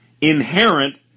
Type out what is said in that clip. inherent